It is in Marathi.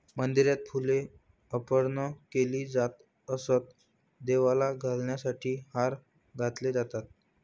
मंदिरात फुले अर्पण केली जात असत, देवाला घालण्यासाठी हार घातले जातात